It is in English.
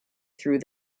through